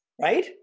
right